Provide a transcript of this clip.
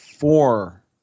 Four